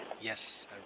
Yes